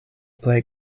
plej